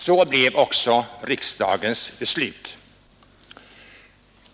Så blev också riksdagens beslut.